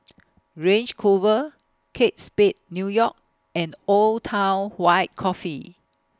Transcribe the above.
Range Rover Kate Spade New York and Old Town White Coffee